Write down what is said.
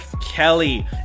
Kelly